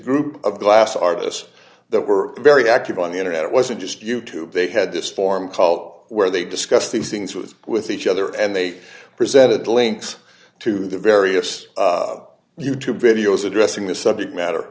group of glass artist that were very active on the internet it wasn't just you tube they had this form called out where they discuss these things with with each other and they presented links to the various you tube videos addressing the subject matter